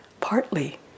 partly